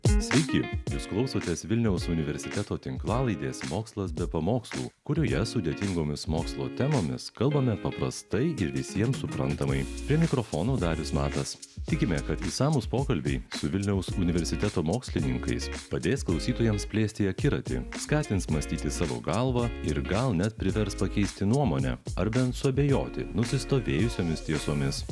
sveiki jūs klausotės vilniaus universiteto tinklalaidės mokslas be pamokslų kurioje sudėtingomis mokslo temomis kalbame paprastai ir visiems suprantamai prie mikrofono darius matas tikime kad išsamūs pokalbiai su vilniaus universiteto mokslininkais padės klausytojams plėsti akiratį skatins mąstyti savo galva ir gal net privers pakeisti nuomonę ar bent suabejoti nusistovėjusiomis tiesomis